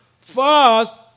first